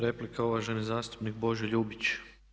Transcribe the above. Replika uvaženi zastupnik Božo Ljubić.